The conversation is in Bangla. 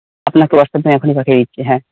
আপনাকে হোয়াটসঅ্যাপে এখনই পাঠিয়ে দিচ্ছি হ্যাঁ